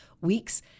weeks